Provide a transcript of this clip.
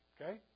Okay